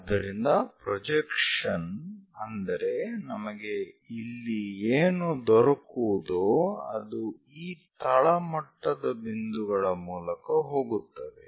ಆದ್ದರಿಂದ ಪ್ರೊಜೆಕ್ಷನ್ ಅಂದರೆ ನಮಗೆ ಇಲ್ಲಿ ಏನು ದೊರಕುವುದೋ ಅದು ಈ ತಳಮಟ್ಟದ ಬಿಂದುಗಳ ಮೂಲಕ ಹೋಗುತ್ತವೆ